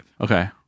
Okay